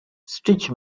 stitch